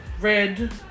Red